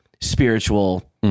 spiritual